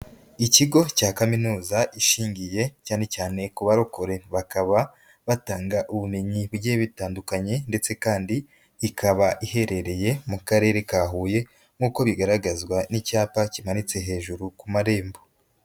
Ikigo cya kaminuza ishingiye cyane cyane ku barokore, bakaba batanga ubumenyi bugiye butandukanye ndetse kandi ikaba iherereye mu karere ka Huye nk'uko bigaragazwa n'icyapa kimanitse hejuru ku marembo.